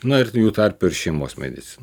na ir jų tarpe ir šeimos medicina